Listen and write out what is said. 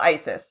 Isis